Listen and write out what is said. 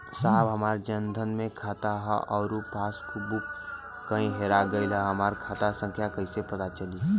साहब हमार जन धन मे खाता ह अउर पास बुक कहीं हेरा गईल बा हमार खाता संख्या कईसे पता चली?